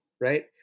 right